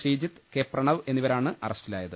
Sreejith K Pranav എന്നിവരാണ് അറസ്റ്റിലായത്